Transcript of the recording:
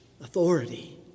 authority